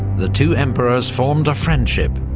the two emperors formed a friendship,